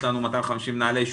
יש לנו 250 מנהלי יישובים,